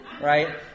Right